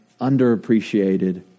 underappreciated